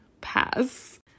pass